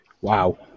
Wow